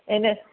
इन